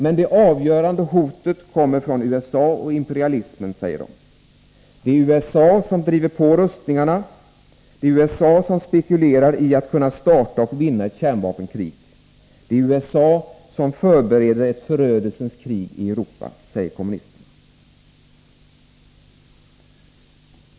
Men det avgörande hotet kommer från USA och imperialismen, säger de. Det är USA som driver på rustningarna. Det är USA som spekulerar i att kunna starta och vinna ett kärnvapenkrig. Det är USA som förbereder ett förödelsens krig i Europa, säger kommunisterna.